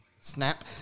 snap